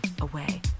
away